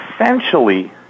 essentially